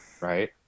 right